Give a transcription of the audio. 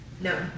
No